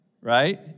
right